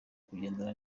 kugendana